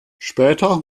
später